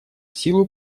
силу